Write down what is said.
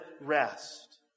rest